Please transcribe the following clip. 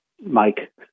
mike